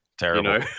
Terrible